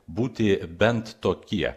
būti bent tokie